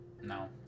No